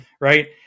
right